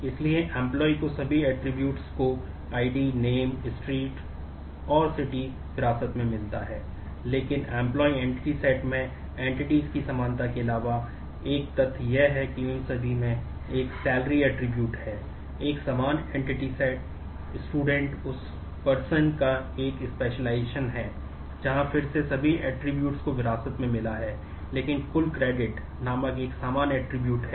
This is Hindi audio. इसलिए कर्मचारी के लिए उपलब्ध या आम नहीं है